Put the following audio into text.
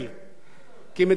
כי מדינה ללא חוק